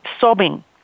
sobbing